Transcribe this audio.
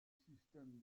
système